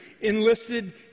enlisted